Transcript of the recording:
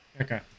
Okay